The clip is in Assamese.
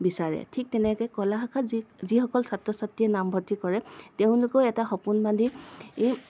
বিচাৰে ঠিক তেনেকৈ কলা শাখাত যি যিসকল ছাত্ৰ ছাত্ৰীয়ে নামভৰ্তি কৰে তেওঁলোকেও এটা সপোন বান্ধি এই